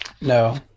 No